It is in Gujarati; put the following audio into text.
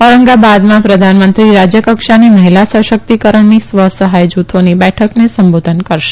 ઓરંગાબાદમાં પ્રધાનમંત્રી રાજયકક્ષાની મહિલા સશકિતકરણની સ્વસહાય જુથોની બેઠકને સંબોધન કરશે